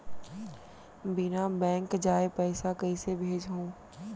बिना बैंक जाए पइसा कइसे भेजहूँ?